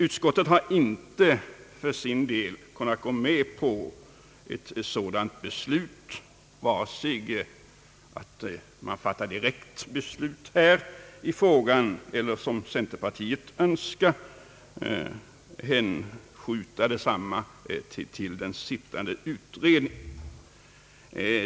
Utskottet har inte kunnat gå med på vare sig ett direkt beslut här i frågan eller, som centerpartiet Öönskar, hänskjutande av densamma till den sittande utredningen.